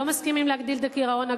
לא מסכימים להגדיל את הגירעון,